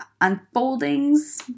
unfoldings